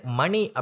money